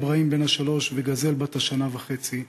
אברהים בן השלוש וגזל בת השנה וחצי,